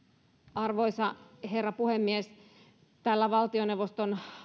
arvoisa herra puhemies tätä valtioneuvoston